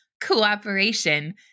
cooperation